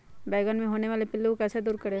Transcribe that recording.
बैंगन मे होने वाले पिल्लू को कैसे दूर करें?